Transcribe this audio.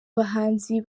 bahanzi